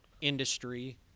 industry